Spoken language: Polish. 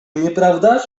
nieprawdaż